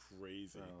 crazy